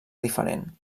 diferent